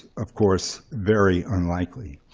of course, very unlikely.